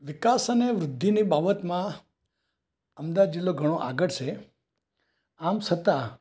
વિકાસ અને વૃદ્ધિની બાબતમાં અમદાવાદ જિલ્લો ઘણો આગળ છે આમ છતાં